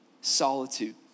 solitude